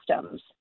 systems